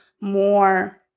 more